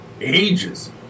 ages